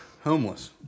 homeless